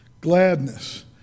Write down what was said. gladness